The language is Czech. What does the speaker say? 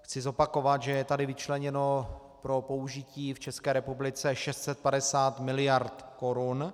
Chci zopakovat, že je tady vyčleněno pro použití v České republice 650 mld. korun.